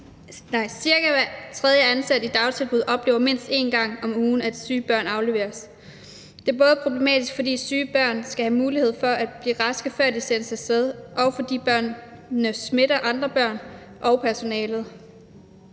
hver tredje ansatte i dagtilbud oplever mindst en gang om ugen, at syge børn afleveres. Det er både problematisk, fordi syge børn skal have mulighed for at blive raske, før de sendes af sted, og fordi børnene smitter andre børn og personalet.